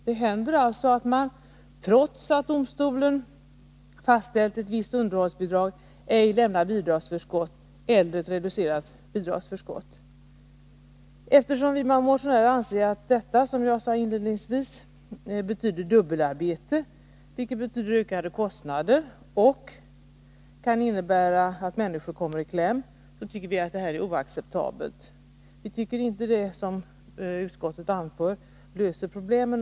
Det händer alltså att de, trots att domstolen fastställt ett visst underhållsbidrag, ej lämnar liga frågor bidragsförskott eller lämnar ett reducerat bidragsförskott. Eftersom vi motionärer anser att detta, som jag sade inledningsvis, betyder dubbelarbete, vilket i sin tur betyder ökade kostnader och kan innebära att människor kommer i kläm, tycker vi att det är oacceptabelt. Vi tycker inte att det, som utskottet anför, löser problemen.